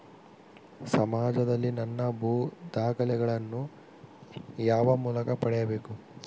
ಸಮಾಜದಲ್ಲಿ ನನ್ನ ಭೂ ದಾಖಲೆಗಳನ್ನು ಯಾವ ಮೂಲಕ ಪಡೆಯಬೇಕು?